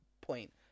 point